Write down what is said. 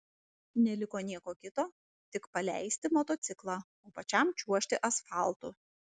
neliko nieko kito tik paleisti motociklą o pačiam čiuožti asfaltu